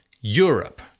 Europe